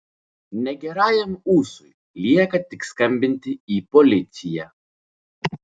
negerajam ūsui lieka tik skambinti į policiją